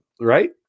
right